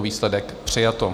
Výsledek: přijato.